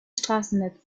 straßennetz